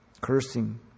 Cursing